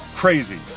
Crazy